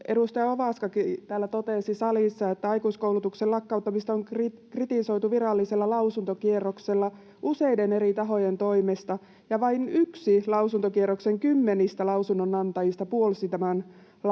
edustaja Ovaskakin täällä totesi salissa, että aikuiskoulutuksen lakkauttamista on kritisoitu virallisella lausuntokierroksella useiden eri tahojen toimesta ja vain yksi lausuntokierroksen kymmenistä lausunnonantajista puolsi tämän